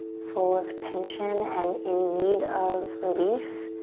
full of tension and in need of relief,